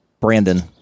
Brandon